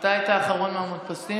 אתה היית אחרון המודפסים,